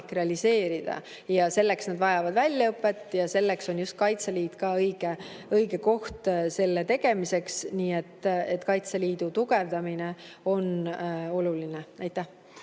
realiseerida. Selleks nad vajavad väljaõpet ja selleks on just Kaitseliit õige koht. Nii et Kaitseliidu tugevdamine on oluline. Aitäh!